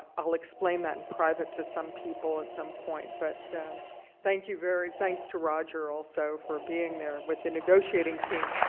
i'll explain that in private to some people at some point but thank you very thanks to roger also for being there with the negotiating team